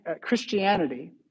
Christianity